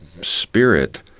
spirit